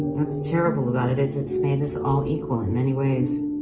what's terrible about it is it's made us all equal in many ways.